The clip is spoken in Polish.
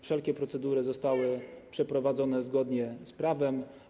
Wszelkie procedury zostały przeprowadzone zgodnie z prawem.